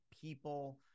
people